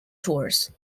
tours